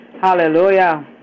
Hallelujah